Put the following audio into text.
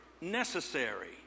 necessary